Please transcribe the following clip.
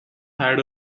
had